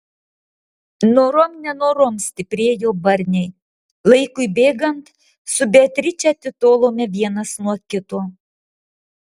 norom nenorom stiprėjo barniai laikui bėgant su beatriče atitolome vienas nuo kito